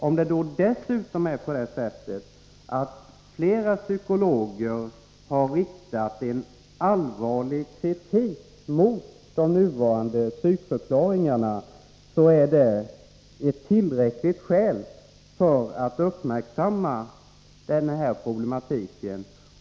Om det också är så att flera psykologer har riktat allvarlig kritik mot den nuvarande ordningen för frikallelser av psykiska skäl, är det en tillräcklig anledning för att uppmärksamma denna problematik.